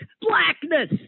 blackness